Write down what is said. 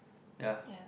ya